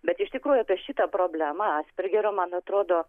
bet iš tikrųjų apie šitą problemą aspergerio man atrodo